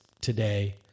today